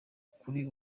kuri